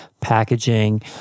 packaging